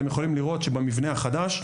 אתם יכולים לראות שבמבנה החדש,